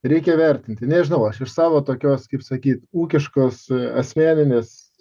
reikia vertinti nežinau iš savo tokios kaip sakyt ūkiškos asmeninės